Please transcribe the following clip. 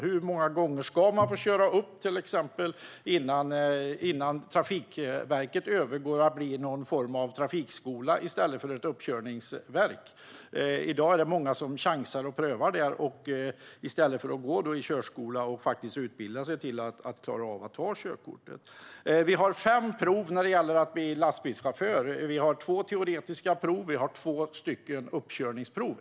Hur många gånger ska man få köra upp, till exempel, innan det blir så att Trafikverket övergår till att bli någon form av trafikskola i stället för ett uppkörningsverk? I dag är det många som chansar och prövar att köra upp där i stället för att gå i körskola och utbilda sig så att de klarar av att ta körkort. Vi har fem prov när det gäller att bli lastbilschaufför. Vi har två teoretiska prov och två uppkörningsprov.